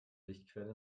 lichtquelle